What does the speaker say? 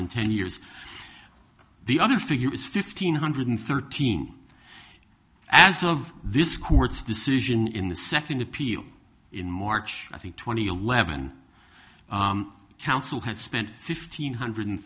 and ten years the other figure is fifteen hundred thirteen as of this court's decision in the second appeal in march i think twenty eleven counsel had spent fifteen hundred